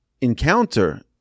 encounter